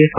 F